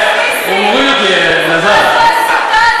כדי שלא יהיו ליסטים, נשלם להם